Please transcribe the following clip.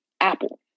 Apple